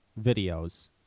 videos